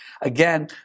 again